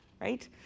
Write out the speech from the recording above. right